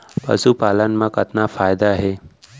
पशुपालन मा कतना फायदा हे?